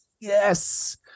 yes